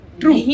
true